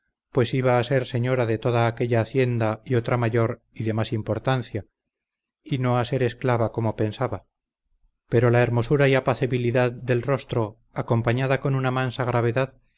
pues iba a ser señora de toda aquella hacienda y otra mayor y de más importancia y no a ser esclava como pensaba pero la hermosura y apacibilidad del rostro acompañada con una mansa gravedad